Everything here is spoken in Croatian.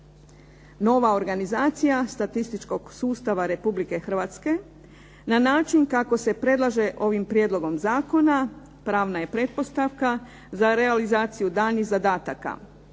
Nova organizacija statističkog sustava Republike Hrvatske na način kako se predlaže ovim prijedlogom zakona pravna je pretpostavka za realizaciju daljnjih zadataka.